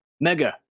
mega